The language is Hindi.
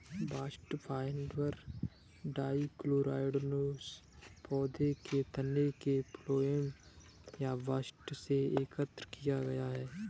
बास्ट फाइबर डाइकोटाइलडोनस पौधों के तने के फ्लोएम या बस्ट से एकत्र किया गया है